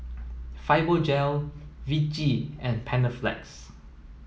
Fibogel Vichy and Panaflex